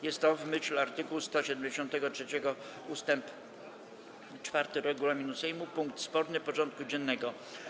Jest to, w myśl art. 173 ust. 4 regulaminu Sejmu, punkt sporny porządku dziennego.